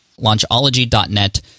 Launchology.net